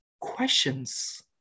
questions